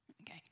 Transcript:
Okay